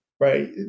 Right